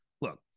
look